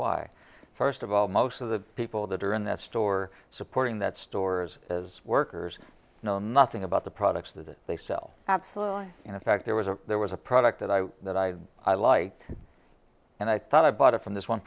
why first of all most of the people that are in that store supporting that stores as workers know nothing about the products that they sell absolutely in fact there was a there was a product that i that i had i liked and i thought i bought it from this one